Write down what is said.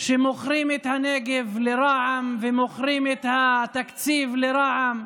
מוכרים את הנגב לרע"מ ומוכרים את התקציב לרע"מ.